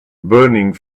burning